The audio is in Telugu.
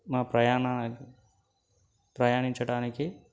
మా ప్రయాణ ప్రయాణించడానికి